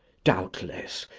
doubtless,